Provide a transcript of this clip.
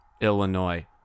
Illinois